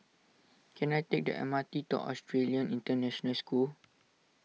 can I take the M R T to Australian International School